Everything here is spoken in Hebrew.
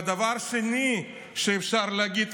והדבר השני שאפשר להגיד,